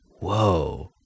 Whoa